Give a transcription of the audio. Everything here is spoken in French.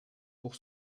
pour